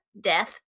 death